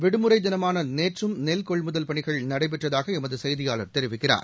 விடுமுறைதினமானநேற்றும் நெல் கொள்முதல் பணிகள் நடைபெற்றதாகஎமதுசெய்தியாளர் தெரிவிக்கிறார்